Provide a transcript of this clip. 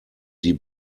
die